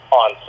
on